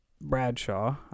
bradshaw